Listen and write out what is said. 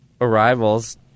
arrivals